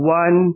one